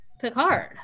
Picard